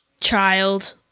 child